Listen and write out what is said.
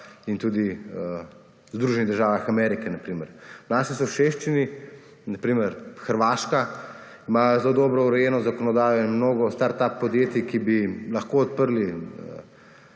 in tudi Združenih državah Amerike na primer. V naši soseščini na primer Hrvaška ima zelo dobro urejeno zakonodajo in mnogo start up podjetij, ki bi lahko odprli